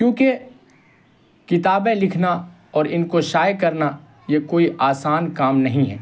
کیونکہ کتابیں لکھنا اور ان کو شائع کرنا یہ کوئی آسان کام نہیں ہے